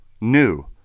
new